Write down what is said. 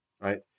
Right